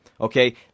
Okay